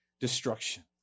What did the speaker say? destruction